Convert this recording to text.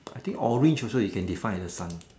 I think orange also you can define as the sun